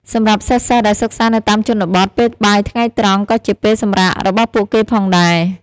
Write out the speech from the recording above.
សម្រាប់សិស្សៗដែលសិក្សានៅតាមជនបទ ពេលបាយថ្ងៃត្រង់ក៏ជាពេលសម្រាករបស់ពួកគេផងដែរ។